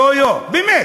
יו-יו, באמת?